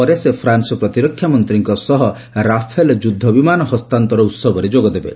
ପରେ ସେ ପ୍ରାନ୍ ପ୍ରତିରକ୍ଷା ମନ୍ତ୍ରୀଙ୍କ ସହ ରାଫେଲ୍ ଯୁଦ୍ଧ ବିମାନ ହସ୍ତାନ୍ତର ଉତ୍ସବରେ ଯୋଗଦେବେ